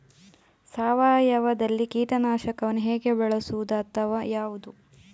ಸಾವಯವದಲ್ಲಿ ಕೀಟನಾಶಕವನ್ನು ಹೇಗೆ ಬಳಸುವುದು ಅಥವಾ ಯಾವುದು?